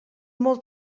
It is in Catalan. molt